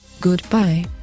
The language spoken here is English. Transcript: Goodbye